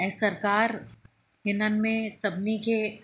ऐं सरकार हिननि में सभिनी खे